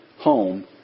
home